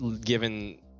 given